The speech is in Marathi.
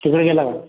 तिकडे गेला का